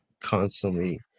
constantly